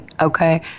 Okay